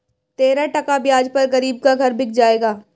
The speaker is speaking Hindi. तेरह टका ब्याज पर गरीब का घर बिक जाएगा